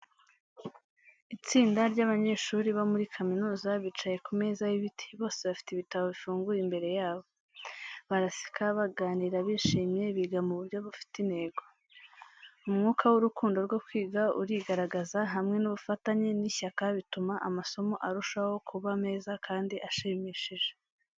Itsinda ry’abanyeshuri bo muri kaminuza bicaye ku meza y’ibiti, bose bafite ibitabo bifunguye imbere yabo. Baraseka, baganira bishimye, biga mu buryo bufite intego. Umwuka w’urukundo rwo kwiga urigaragaza, hamwe n’ubufatanye n’ishyaka bituma amasomo arushaho kuba meza kandi ashimishije.